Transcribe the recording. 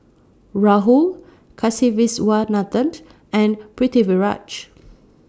Rahul Kasiviswanathan and Pritiviraj